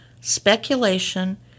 speculation